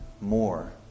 more